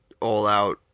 all-out